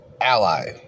ally